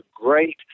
great